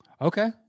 okay